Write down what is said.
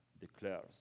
declares